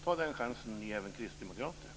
Jag tycker att även Kristdemokraterna skall ta den chansen.